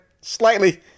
Slightly